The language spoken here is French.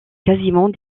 quasiment